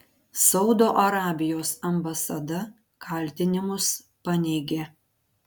saudo arabijos ambasada kaltinimus paneigė